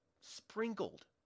sprinkled